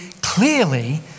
clearly